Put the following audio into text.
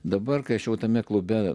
dabar kai aš jau tame klube